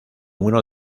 uno